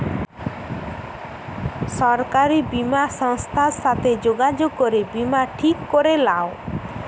সরকারি বীমা সংস্থার সাথে যোগাযোগ করে বীমা ঠিক করে লাও